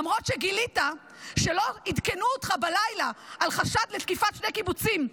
למרות שגילית שלא עדכנו אותך בלילה על חשד לתקיפת שני קיבוצים,